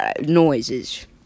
noises